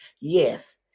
Yes